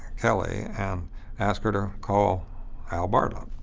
kelly, and ask her to call al bartlett?